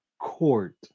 court